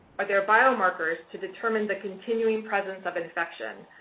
are there bio-markers to determine the continuing presence of infection?